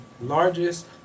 largest